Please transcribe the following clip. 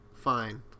Fine